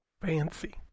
Fancy